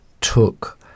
took